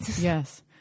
Yes